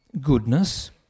goodness